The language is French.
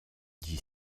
dit